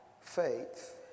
faith